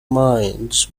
minds